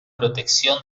protección